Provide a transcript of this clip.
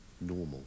normal